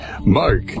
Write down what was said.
mark